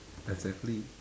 exactly